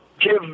give